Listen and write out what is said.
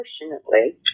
Unfortunately